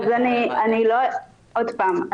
עוד פעם,